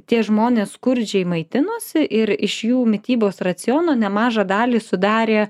tie žmonės skurdžiai maitinosi ir iš jų mitybos raciono nemažą dalį sudarė